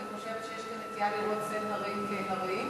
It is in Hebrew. אני חושבת שיש כאן נטייה לראות צל הרים כהרים,